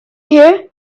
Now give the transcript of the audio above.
here